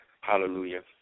Hallelujah